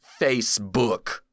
Facebook